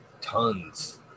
tons